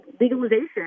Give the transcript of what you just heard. legalization